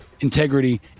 integrity